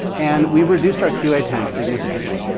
and we've reduced our qa time significantly.